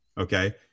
Okay